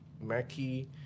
Mackie